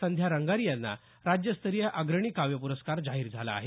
संध्या रंगारी यांना राज्यस्तरीय अग्रणी काव्य पुरस्कार जाहीर झाला आहे